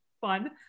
fun